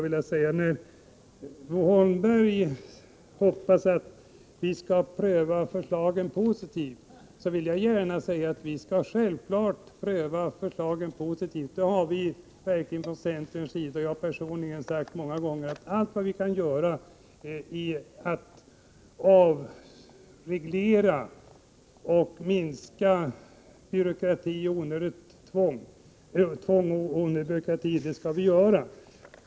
När Bo Holmberg hoppas att vi skall pröva förslagen positivt, vill jag gärna säga att vi självfallet skall pröva dem positivt. Vi har från centerns sida, och jag personligen, många gånger sagt att vi skall göra allt vad vi kan för att avreglera och minska tvång och onödig byråkrati.